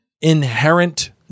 inherent